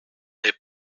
n’est